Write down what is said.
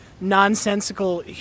nonsensical